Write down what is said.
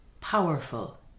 powerful